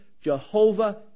Jehovah